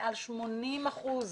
מעל 80 אחוזים,